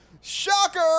shocker